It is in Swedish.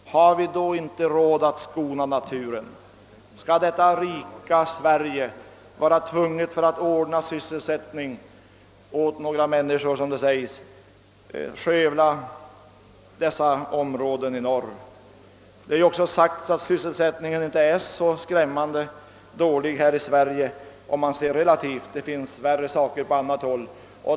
Har vi då inte råd att skona naturen? Skall detta rika Sverige för att ordna sysselsättning åt några människor vara tvingat att skövla dessa områden i norr? Det är ju också sagt att sysselsättningen inte är så skrämmande dålig här i Sverige, om man ser relativt på den. Den kan vara värre på andra håll.